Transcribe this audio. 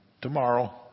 tomorrow